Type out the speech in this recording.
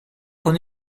con